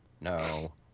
no